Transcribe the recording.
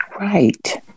Right